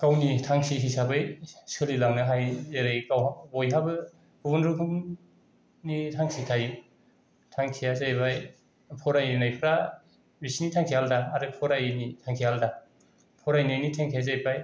गावनि थांखि हिसाबै सोलि लांनो हानो हायो जेरै गावहा बयहाबो गुबुन रोखोमनि थांखि थायो थांखिआ जाहैबाय फरायनायफ्रा बिसिनि थांखिआ आलदा आरो फरायिनि थांखिआ आलदा फरायनायनि थांखिआ जाहैबाय